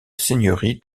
seigneurie